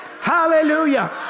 Hallelujah